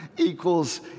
equals